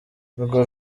urwo